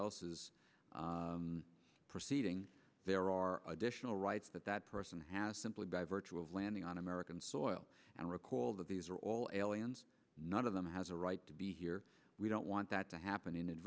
else's proceeding there are additional rights that that person has simply by virtue of landing on american soil and recall that these are all aliens none of them has a right to be here we don't want that to happen in